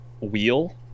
wheel